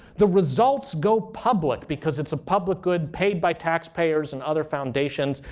the results go public because it's a public good paid by taxpayers and other foundations.